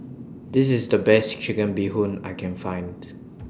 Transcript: This IS The Best Chicken Bee Hoon I Can Find